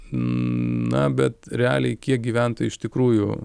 na bet realiai kiek gyventojų iš tikrųjų